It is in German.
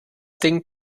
ding